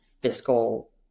fiscal